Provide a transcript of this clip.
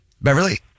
Beverly